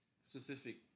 specific